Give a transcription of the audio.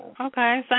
Okay